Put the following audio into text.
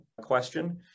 question